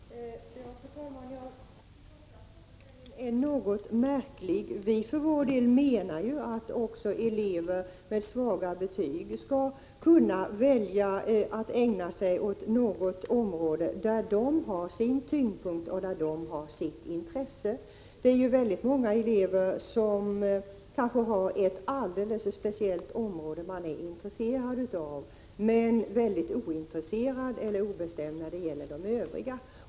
Fru talman! Jag tycker också att frågeställningen är något märklig. Vi för vår del menar att också elever med svaga betyg skall kunna välja att ägna sig åt något område, där deras intresse har sin tyngdpunkt. Väldigt många elever har kanske ett alldeles speciellt område som de är intresserade av, medan de är ointresserade eller obestämda när det gäller de övriga.